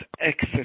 excess